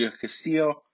Castillo